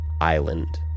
island